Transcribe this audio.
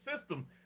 system